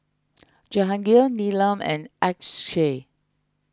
Jahangir Neelam and Akshay